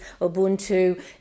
Ubuntu